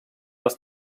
els